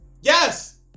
Yes